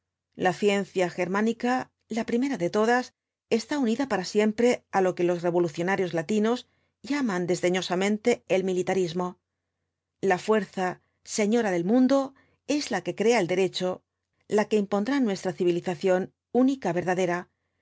la ciencia germánica la primera de todas está unida para siempre á lo que los revolucionarios latinos llaman desdeñosamente el militarismo la fuerza señora del mundo es la que crea el derecho la que impondrá nuestra civilización única verdadera